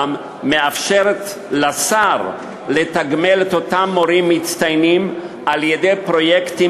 היא גם מאפשרת לשר לתגמל את אותם מורים מצטיינים על-ידי פרויקטים